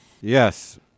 Yes